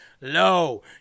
low